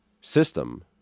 system